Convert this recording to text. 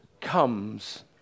comes